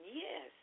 yes